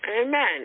Amen